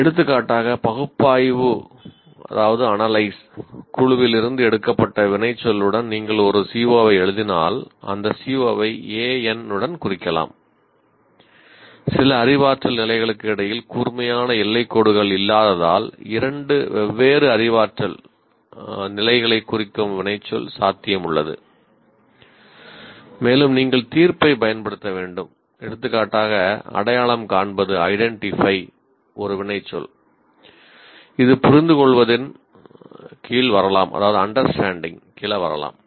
எடுத்துக்காட்டாக பகுப்பாய்வுக் கீழ் வரலாம்